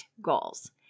goals